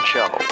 Show